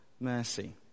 mercy